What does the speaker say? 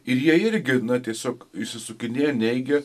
ir jie irgi na tiesiog išsisukinėjo neigė